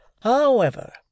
However